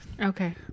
Okay